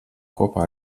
kopā